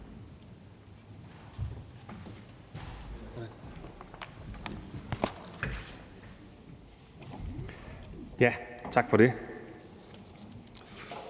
Mange tak for det.